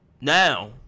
Now